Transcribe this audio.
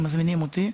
ומזמינים אותי,